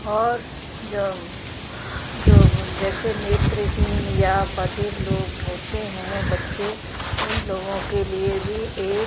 और जो जो जैसे नेत्रहीन या बधिर लोग होते हैं बच्चे उन लोगों के लिए भी एक